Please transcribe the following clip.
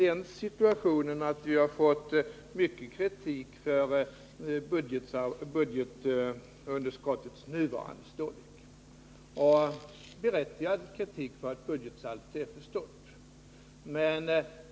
Vi har fått mycket kritik för budgetunderskottets nuvarande storlek — berättigad kritik för att budgetsaldot är för stort.